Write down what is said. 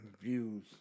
views